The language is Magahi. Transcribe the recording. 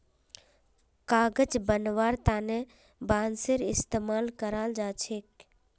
कागज बनव्वार तने बांसेर इस्तमाल कराल जा छेक